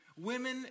women